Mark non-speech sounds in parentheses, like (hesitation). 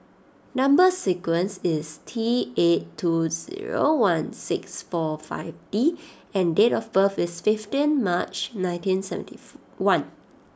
number sequence is T eight two zero one six four five D and date of birth is fifteen March nineteen seventy (hesitation) one